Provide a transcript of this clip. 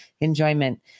enjoyment